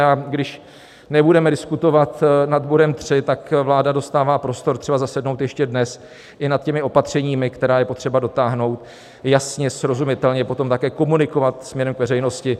A když nebudeme diskutovat nad bodem 3, tak vláda dostává prostor třeba zasednout ještě dnes i nad těmi opatřeními, která je potřeba dotáhnout jasně, srozumitelně a potom je také komunikovat směrem k veřejnosti.